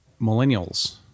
millennials